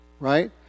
right